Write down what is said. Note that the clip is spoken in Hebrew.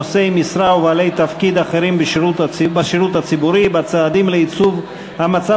נושאי המשרה ובעלי תפקיד אחרים בשירות הציבורי בצעדים לייצוב המצב